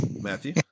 Matthew